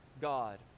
God